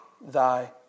thy